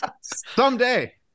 Someday